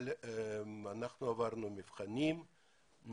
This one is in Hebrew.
אנחנו עברנו מבחנים.